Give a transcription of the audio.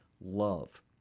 Love